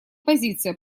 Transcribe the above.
позиция